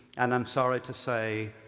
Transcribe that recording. and, i'm sorry to say,